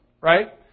Right